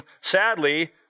Sadly